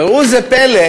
וראו זה פלא,